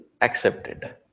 Accepted